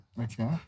okay